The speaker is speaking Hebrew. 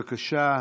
בבקשה,